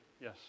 Yes